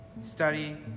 study